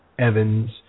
Evans